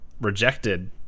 rejected